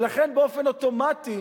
ולכן באופן אוטומטי,